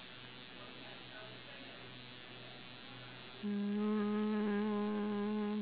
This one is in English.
mm